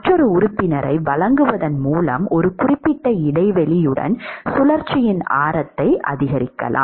மற்றொரு உறுப்பினரை வழங்குவதன் மூலம் ஒரு குறிப்பிட்ட இடைவெளியுடன் சுழற்சியின் ஆரத்தை அதிகரிக்கலாம்